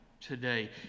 Today